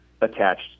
attached